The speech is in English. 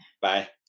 Bye